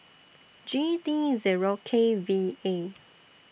G D Zero K V A